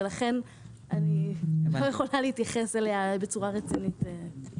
ולכן אני לא יכולה להתייחס אליה בצורה רצינית.